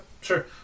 sure